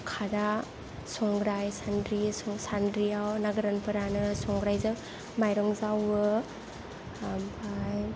खादा संग्राय सान्द्रि सान्द्रियाव ना गोरान फोरानो संग्रायजों माइरं जावो ओमफ्राय